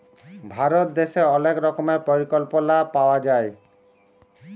ভারত দ্যাশে অলেক রকমের পরিকল্পলা পাওয়া যায়